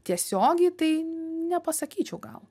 tiesiogiai tai nepasakyčiau gal